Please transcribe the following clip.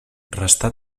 restà